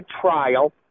trial